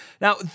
Now